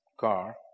car